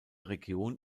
region